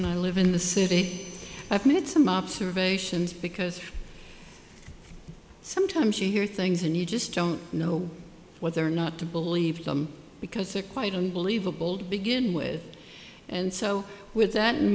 and i live in the city i've made some observations because sometimes you hear things and you just don't know whether or not to believe them because they're quite unbelievable begin with and so with that